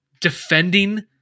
defending